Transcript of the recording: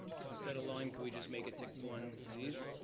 so instead of lyme, could we just make it tick-borne disease?